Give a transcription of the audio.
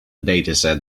dataset